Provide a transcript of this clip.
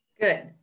good